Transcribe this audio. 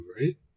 right